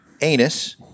anus